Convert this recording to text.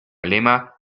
lema